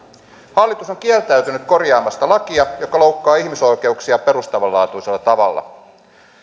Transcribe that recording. hallitus on kieltäytynyt korjaamasta lakia joka loukkaa ihmisoikeuksia perustavanlaatuisella tavalla